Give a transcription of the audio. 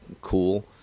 cool